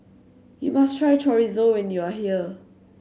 you must try Chorizo when you are here